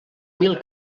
mil